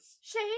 Shade